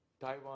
Taiwan